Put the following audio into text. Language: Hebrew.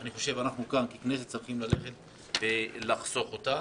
אני חושב שאנחנו כאן ככנסת צריכים לחסוך אותה.